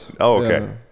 okay